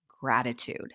gratitude